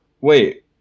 Wait